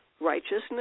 righteousness